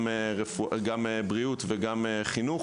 גם בריאות וגם חינוך.